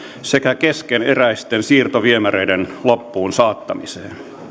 sekä keskeneräisten siirtoviemäreiden loppuunsaattamiseen